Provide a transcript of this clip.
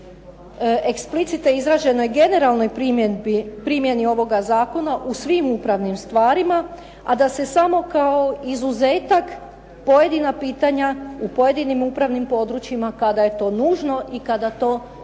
o eksplicite izraženoj generalnoj primjeni ovoga zakona u svim upravnim stvarima, a da se samo kao izuzetak pojedina pitanja u pojedinim upravnim područjima kada je to nužno i kada to nije